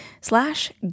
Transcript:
slash